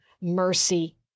mercy